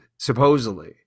Supposedly